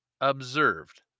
observed